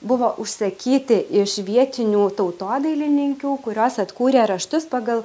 buvo užsakyti iš vietinių tautodailininkių kurios atkūrė raštus pagal